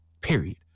Period